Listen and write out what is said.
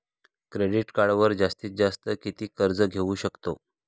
Credit कार्डवर जास्तीत जास्त किती कर्ज घेऊ शकतो?